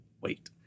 wait